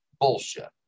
bullshit